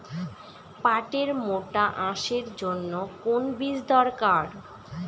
পাটের মোটা আঁশের জন্য কোন বীজ দরকার?